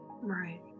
right